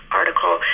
article